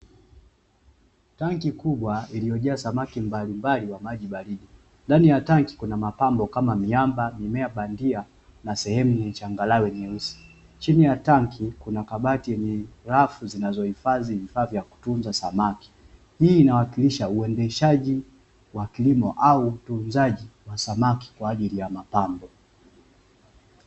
Tanki kubwa lililjaa Samaki mbalimbali wa maji baridi, ndani ya tanki kuna mapambo kama miamba, mimea bandia na sehemu yenye changalawe nyeusi, chini ya tanki kuna kabati lenye rafu zinazo hifadhi vifaa vya kutunza Samaki, hii inawakilisha uendeshaji wa kilimo au utunzaji wa samaki kwa ajili ya mapambo.